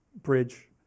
bridge